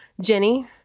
Jenny